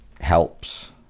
helps